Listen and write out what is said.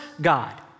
God